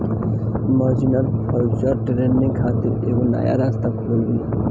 margin future trading खातिर एगो नया रास्ता खोलत बिया